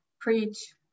preach